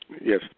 Yes